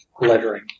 lettering